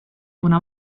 una